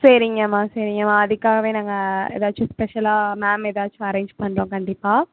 சரிங்கம்மா சரிங்கம்மா அதுக்காகவே நாங்கள் ஏதாச்சும் ஸ்பெஷலாக மேம் ஏதாச்சும் அரேஞ்ச் பண்ணுறோம் கண்டிப்பாக